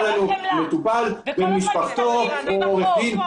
אלינו מטופל עם משפחתו או עם עורך דין.